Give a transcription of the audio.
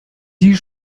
die